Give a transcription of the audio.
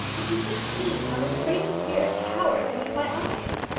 if you could have seen how his craven spirit cowered beneath my eyes!